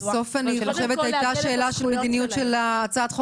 בסוף אני חושבת שזאת היתה שאלה של מדיניות של הצעת החוק